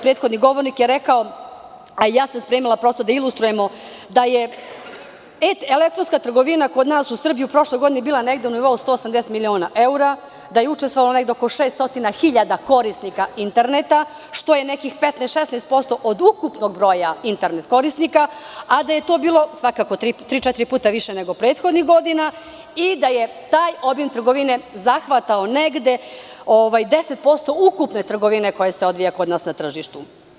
Prethodni kolega je rekao, a ja sam spremila da ilustrujemo, da je elektronska trgovina kod nas u Srbiji prošle godine bila negde na nivou 180 miliona evra, da je učestvovalo negde oko 600 hiljada korisnika interneta, što je negde oko 15% ukupnog broja internet korisnika, a da je to bilo svakako tri ili četiri puta više nego prethodnih godina i da je taj obim trgovine zahvatao negde oko 10% ukupne trgovine koja se odvija kod nas na tržištu.